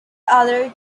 other